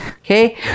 Okay